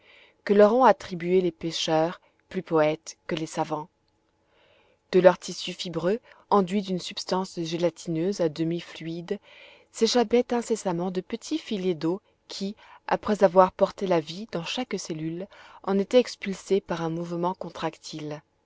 que leur ont attribués les pêcheurs plus poètes que les savants de leur tissu fibreux enduit d'une substance gélatineuse a demi fluide s'échappaient incessamment de petits filets d'eau qui après avoir porté la vie dans chaque cellule en étaient expulsés par un mouvement contractile